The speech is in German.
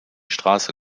straße